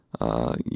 Uh